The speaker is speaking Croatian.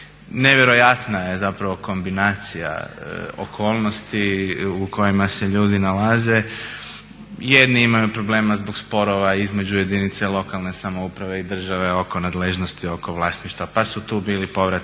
Nevjerojatna je zapravo kombinacija okolnosti u kojima se ljudi nalaze. Jedni imaju problema zbog sporova između jedinice lokalne samouprave i države oko nadležnosti oko vlasništva pa su tu bili povrati